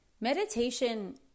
Meditation